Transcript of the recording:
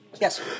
Yes